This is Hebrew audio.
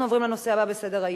אנחנו עוברים לנושא הבא בסדר-היום: